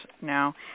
now